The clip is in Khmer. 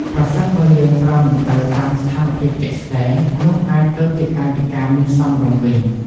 ប្រសិនបើយើងប្រើមិនត្រូវតាមស្ថានភាពជាក់ស្តែង នោះអាចទៅជាកាយវិការមិនសមរម្យវិញ ។